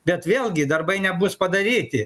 bet vėlgi darbai nebus padaryti